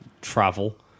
travel